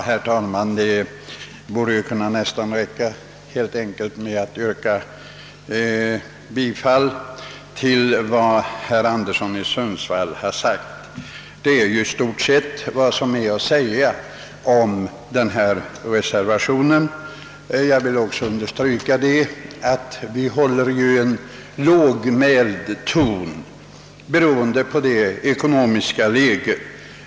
Herr talman! Det borde helt enkelt kunna räcka med att instämma i vad herr Anderson i Sundsvall nyss har sagt. Det är nämligen i stort sett vad som är att säga om denna reservation. Jag vill också understryka, att vi håller en lågmäld ton beroende på det ekonomiska läget.